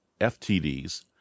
FTDs